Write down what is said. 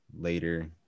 later